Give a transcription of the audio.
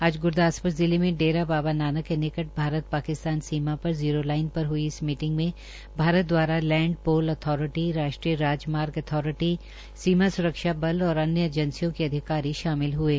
आज गुरदासपुर जिले में डेरा बाबा नानक के निक्ट पाकिस्तान सीमा पर ज़ीरो लाइन पर हई इस मीटिंग मे भारत द्वारा लैंड पोल अथारिटी राष्ट्रीय राज मार्ग अथारिटी सीमा स्रक्षा बल और अन्य एंजेसियों के अधिकारी शामिल हये